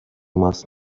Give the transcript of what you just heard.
must